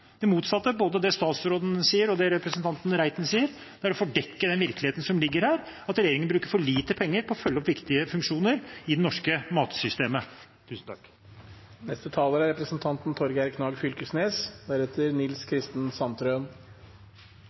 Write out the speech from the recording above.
Det motsatte, både det statsråden sier og det representanten Reiten sier, er å fordekke den virkeligheten som ligger der: at regjeringen bruker for lite penger på å følge opp viktige funksjoner i det norske matsystemet.